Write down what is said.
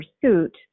pursuit